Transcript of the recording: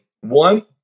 One